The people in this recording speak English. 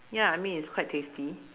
ya I mean it's quite tasty